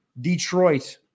Detroit